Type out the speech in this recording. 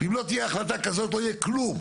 אם לא תהיה החלטה כזאת, לא יהיה כלום.